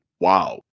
Wow